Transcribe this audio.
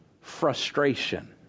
frustration